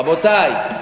רבותי,